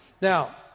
Now